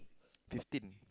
fifteen